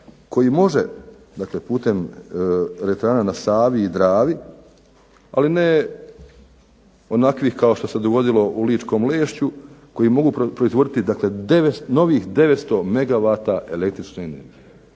koji može, dakle putem elektrana na Savi i Dravi ali ne onakvih kao što se dogodilo u Ličkom Lešću koji mogu proizvoditi dakle novih 900 megavata električne energije.